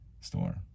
store